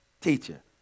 teacher